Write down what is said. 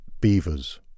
beavers